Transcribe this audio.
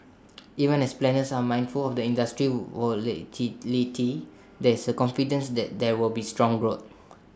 even as planners are mindful of the industry's volatility there is confidence that there will be strong growth